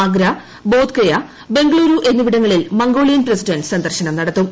ആഗ്ര ബോധ് ഗയ ബംഗളൂരുഎന്നിവിടങ്ങളിൽ മംഗോളിയൻ പ്രസിഡന്റ്സന്ദർശനം നടത്തും